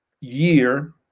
year